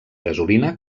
gasolina